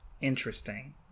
Interesting